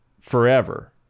forever